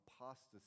apostasy